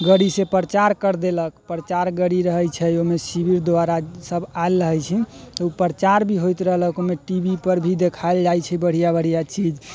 गड़ीसँ प्रचार कऽ देलक प्रचार गड़ी रहैत छै ओहिमे शिविर द्वारा सभ आयल रहैत छै ओ प्रचार भी होइत रहलक आ टी वी पर भी देखाएल जाइत छै बढ़िआँ बढ़िआँ चीज